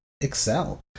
Excel